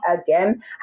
again